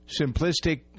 simplistic